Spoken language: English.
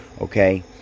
okay